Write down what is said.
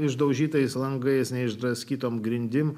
išdaužytais langais ne išdraskytom grindims